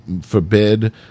forbid